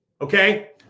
okay